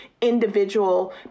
individual